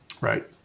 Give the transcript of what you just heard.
Right